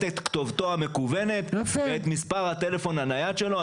את כתובתו המקוונת ואת מספר הטלפון הנייד שלו,